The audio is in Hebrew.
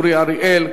אורי אריאל,